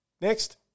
Next